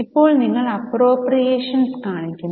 ഇപ്പോൾ നിങ്ങൾ അപ്പ്രോപ്രിയേഷൻസ് കണക്കാക്കുന്നു